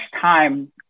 time